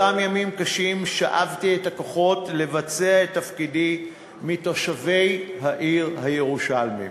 באותם ימים קשים שאבתי את הכוחות לבצע את תפקידי מתושבי העיר הירושלמים,